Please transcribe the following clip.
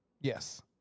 yes